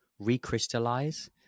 recrystallize